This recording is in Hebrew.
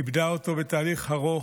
איבדה אותו בתהליך ארוך.